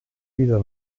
wieder